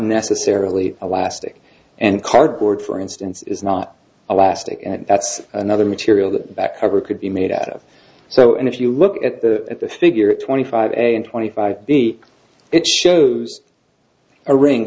necessarily a lastic and cardboard for instance is not elastic and that's another material the back cover could be made out of so and if you look at the at the figure of twenty five and twenty five the it shows a ring